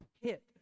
hit